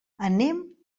anem